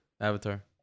Avatar